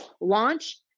launch